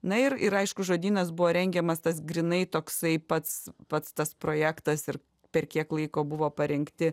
na ir ir aišku žodynas buvo rengiamas tas grynai toksai pats pats tas projektas ir per kiek laiko buvo parengti